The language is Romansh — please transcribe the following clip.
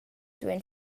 duein